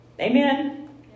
Amen